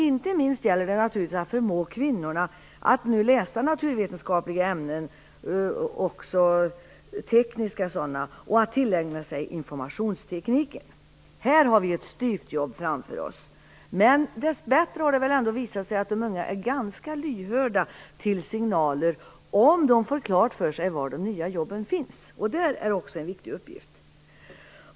Inte minst gäller det nu naturligtvis att förmå kvinnorna att läsa naturvetenskapliga och även tekniska ämnen och att tillägna sig informationstekniken. Här har vi ett styvt jobb framför oss, men det har dess bättre ändå visat sig att de unga är ganska lyhörda för signaler, om de får klart för sig var de nya jobben finns. Också där finns en viktig uppgift.